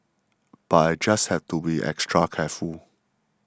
but I just have to be extra careful